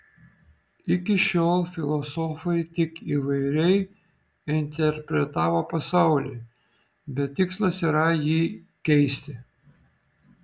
iki šiol filosofai tik įvairiai interpretavo pasaulį bet tikslas yra jį keisti